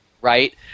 Right